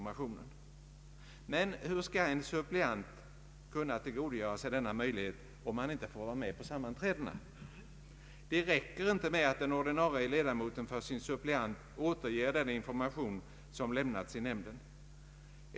Men hur skall en suppleant kunna tillgodogöra sig denna möjlighet om han inte får vara med på sammanträdena? Det är inte tillräckligt att den ordinarie ledamoten för sin suppleant återger den information som lämnats i nämnden.